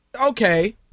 Okay